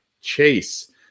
Chase